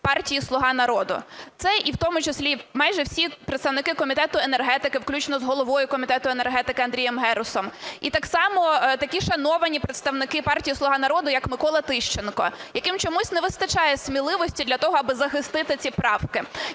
партії "Слуга народу". Це і в тому числі майже всі представники Комітету енергетики включно з головою Комітету енергетики Андрієм Герусом, і так само такі шановані представники партії "Слуга народу" як Микола Тищенко, яким чомусь не вистачає сміливості для того, аби захистити ці правки.